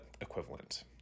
equivalent